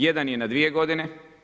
Jedan je na dvije godine.